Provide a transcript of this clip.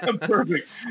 Perfect